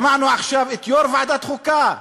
שמענו עכשיו את יושב-ראש ועדת חוקה אומר: